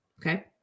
okay